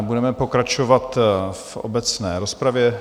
Budeme pokračovat v obecné rozpravě.